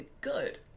Good